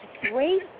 great